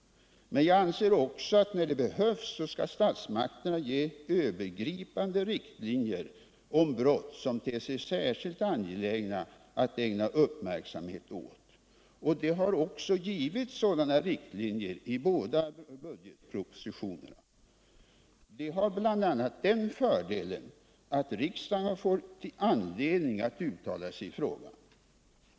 Men jag anser också att när det behövs skall statsmakterna ge övergripande riktlinjer om brott som det ter sig särskilt angeläget att ägna uppmärksamhet åt. Det har också getts sådana riktlinjer i de båda senaste budgetpropositionerna. Det har bl.a. fördelen att riksdagen får anledning att uttala sig i frågan.